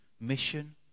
mission